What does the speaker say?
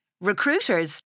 Recruiters